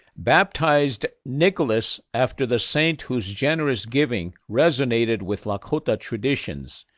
baptized nicholas, after the saint whose generous giving resonated with lakota traditions,